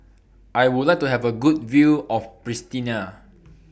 I Would like to Have A Good View of Pristina